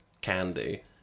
candy